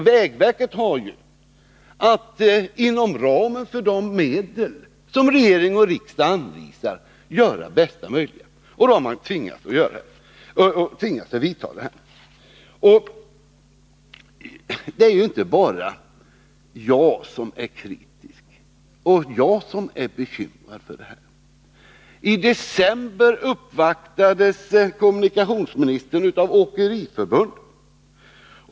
Vägverket har att inom ramen för de medel som regering och riksdag anvisar göra det bästa möjliga och har då tvingats vidta dessa åtgärder. Men det är inte bara jag som är kritisk och bekymrad. I december uppvaktades kommunikationsministern av Åkeriförbundet.